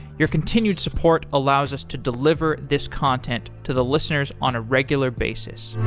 your continued support allows us to deliver this content to the listeners on a regular basis